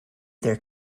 their